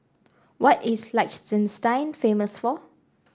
what is Liechtenstein famous for